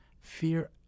Fear